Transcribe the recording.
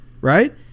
right